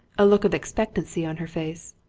a look of expectancy on her face.